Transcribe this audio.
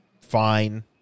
fine